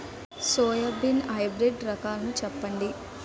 Soybean hybrid రకాలను చెప్పండి?